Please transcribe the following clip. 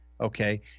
okay